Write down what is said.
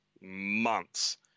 months